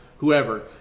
whoever